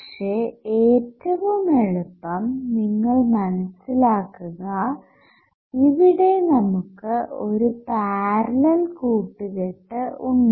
പക്ഷെ ഏറ്റവും എളുപ്പം നിങ്ങൾ മനസ്സിലാക്കുക ഇവിടെ നമുക്ക് ഒരു പാരലൽ കൂട്ടുകെട്ട് ഉണ്ട്